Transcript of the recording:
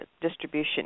distribution